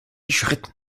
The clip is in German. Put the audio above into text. schritten